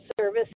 Service